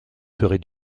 ferai